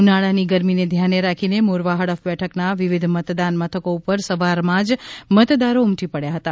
ઉનાળાની ગરમીને ધ્યાને રાખીને મોરવા હડફ બેઠકના વિવિધ મતદાન મથકો ઉપર સવારમાં જ મતદારો ઉમટી પડ્યા હતા